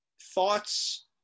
thoughts